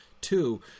two